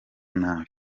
nabi